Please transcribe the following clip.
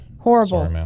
horrible